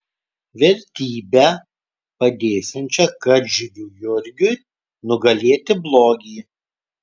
vertybe padėsiančia karžygiui jurgiui nugalėti blogį